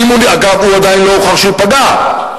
אגב, עדיין לא הוכח שהוא פגע.